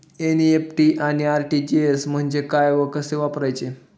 NEFT आणि RTGS म्हणजे काय व कसे वापरायचे?